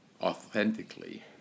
authentically